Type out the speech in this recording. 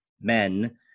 men